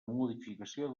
modificació